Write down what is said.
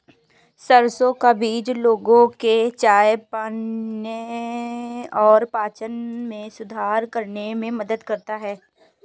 सरसों का बीज लोगों के चयापचय और पाचन में सुधार करने में मदद करता है